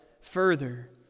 further